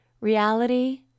Reality